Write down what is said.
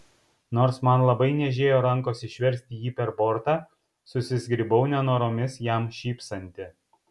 nors man labai niežėjo rankos išversti jį per bortą susizgribau nenoromis jam šypsanti